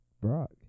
Brock